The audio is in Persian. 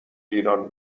ایران